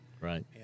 Right